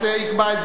יקבע את גורלו,